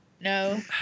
No